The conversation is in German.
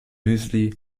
müsli